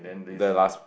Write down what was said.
the last